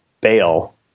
bail